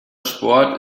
sport